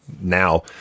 now